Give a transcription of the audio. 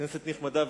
כנסת נכבדה,